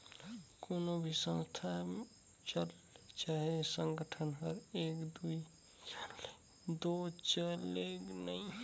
कोनो भी संस्था चहे संगठन हर एक दुई झन ले दो चले नई